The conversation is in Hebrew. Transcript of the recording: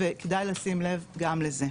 וכדאי לשים לב גם לזה.